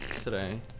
today